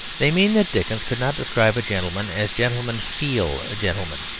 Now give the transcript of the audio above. they mean that dickens could not describe a gentleman as gentlemen feel a gentleman.